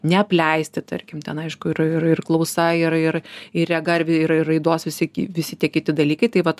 neapleisti tarkim ten aišku ir ir klausa ir ir ir rega ir ir raidos visi visi tie kiti dalykai tai vat